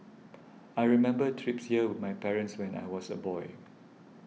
I remember trips here with my parents when I was a boy